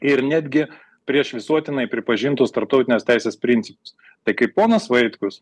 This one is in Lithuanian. ir netgi prieš visuotinai pripažintus tarptautinės teisės principus tai kaip ponas vaitkus